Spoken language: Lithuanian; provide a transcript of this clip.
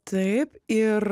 taip ir